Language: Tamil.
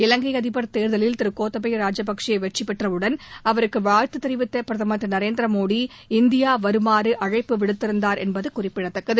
இலங்கை அதிபர் தேர்தலில் திரு கோத்தபய ராஜபக்சே வெற்றி பெற்றவுடன் அவருக்கு வாழ்த்து தெரிவித்த பிரதமர் திரு நரேந்திர மோடி இந்தியா வருமாறு அழைப்பு விடுத்திருந்தார் என்பது குறிப்பிடத்தக்கது